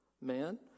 man